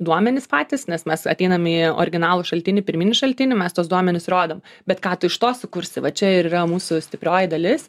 duomenys patys nes mes ateinam į originalų šaltinį pirminį šaltinį mes tuos duomenys rodom bet ką tu iš to sukursi va čia ir yra mūsų stiprioji dalis